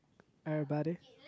everybody